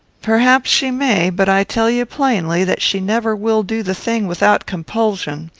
perhaps she may but i tell you plainly, that she never will do the thing without compulsion.